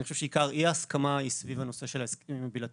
אני חושב שעיקר אי-ההסכמה הוא סביב הנושא של ההסכמים הבילטרליים,